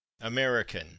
American